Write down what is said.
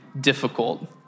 difficult